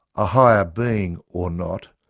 a higher being or not,